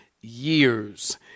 years